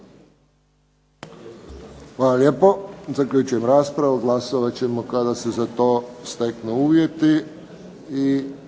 Hvala lijepo. Zaključujem raspravu. Glasovat ćemo kada se za to steknu uvjeti.